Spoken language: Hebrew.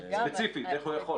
ספציפית, איך הוא יכול?